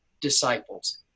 disciples